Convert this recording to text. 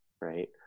right